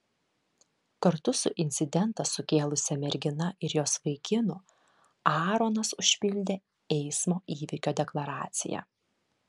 kartu su incidentą sukėlusia mergina ir jos vaikinu aaronas užpildė eismo įvykio deklaraciją